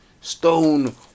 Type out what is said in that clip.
stone